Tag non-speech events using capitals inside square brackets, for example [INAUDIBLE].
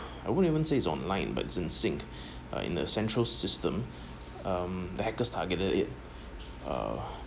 I wouldn't even say it's online but it's in sync [BREATH] uh in a central system um the hackers targeted it uh